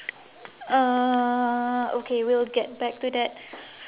uh okay we'll get back to that